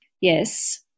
yes